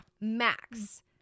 max